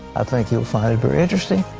i think you'll find it very interesting.